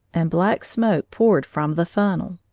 and black smoke poured from the funnel.